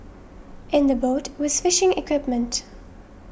in the boat was fishing equipment